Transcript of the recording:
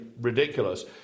ridiculous